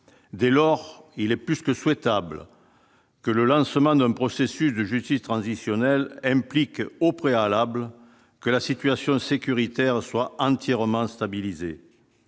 dès lors, il est plus que souhaitable que le lancement d'un processus de justice transitionnelle implique au préalable que la situation sécuritaire soit entièrement stabilisée,